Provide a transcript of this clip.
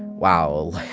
wow,